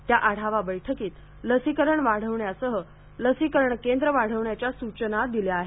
त्या आढावा बैठकीत लसीकरण वाढविण्यासह लसीकरण केंद्र वाढविण्याच्या सूचना दिल्या आहेत